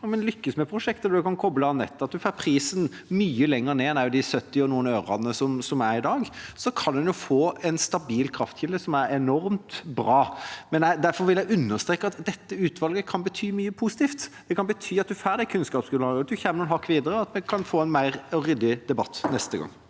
om en lykkes med prosjekter der en kan koble av nettet, og om en får prisen mye lenger ned enn de noen og sytti ørene den er på i dag. Da kan en jo få en stabil kraftkilde, som er enormt bra. Derfor vil jeg understreke at dette utvalget kan bety mye positivt. Det kan bety at en får det kunnskapsgrunnlaget, at en kommer noen hakk videre, og at vi kan få en mer ryddig debatt neste gang.